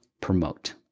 promote